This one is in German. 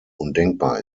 undenkbar